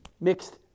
Mixed